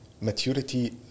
maturity